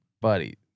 buddy